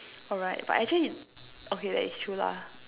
oh right but actually okay that is true lah